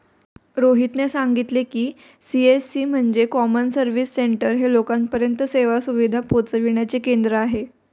रोहितने सांगितले की, सी.एस.सी म्हणजे कॉमन सर्व्हिस सेंटर हे लोकांपर्यंत सेवा सुविधा पोहचविण्याचे केंद्र आहे